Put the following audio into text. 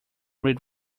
read